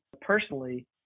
personally